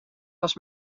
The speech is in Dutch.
was